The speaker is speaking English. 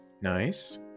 Nice